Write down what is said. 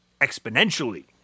exponentially